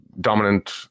dominant